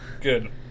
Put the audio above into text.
good